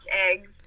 eggs